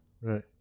Right